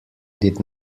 did